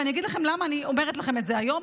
ואני אגיד לכם למה אני אומרת לכם את זה היום.